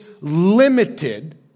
limited